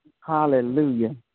Hallelujah